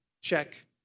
check